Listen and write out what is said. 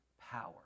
power